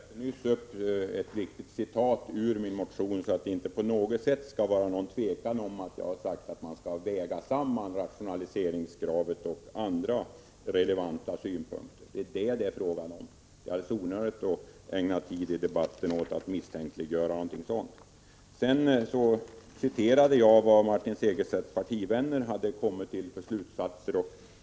Herr talman! Jag läste nyss upp ett viktigt citat ur min motion, så att det inte på något sätt skall vara någon tvekan om att jag har sagt att man skall väga samman rationaliseringskravet och andra relevanta synpunkter. Det är detta som det är fråga om. Det är alldeles onödigt att ägna tid i debatten åt att misstänkliggöra avsikten. Sedan citerade jag vad Martin Segerstedts partivänner kommit till för slutsatser.